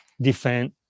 defend